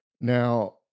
Now